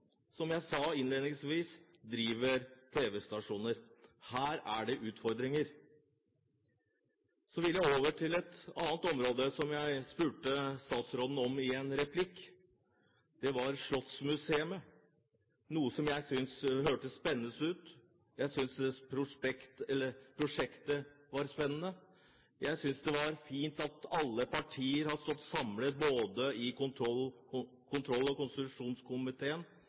Som jeg sa innledningsvis, driver de tv-stasjoner. Her er det utfordringer. Så vil jeg over til et annet område, som jeg spurte statsråden om i en replikk. Det var om slottsmuseet, noe som jeg syntes hørtes spennende ut. Jeg syntes prosjektet var spennende. Jeg synes det er fint at alle partier har stått samlet både i kontroll- og konstitusjonskomiteen